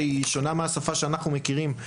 שהיא שונה מהשפה שאנחנו מכירים,